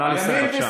נא לסיים, בבקשה.